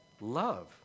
love